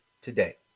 today